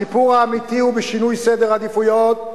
הסיפור האמיתי הוא בשינוי סדר העדיפויות,